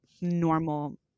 normal